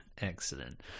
excellent